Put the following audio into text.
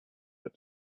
but